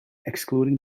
excluding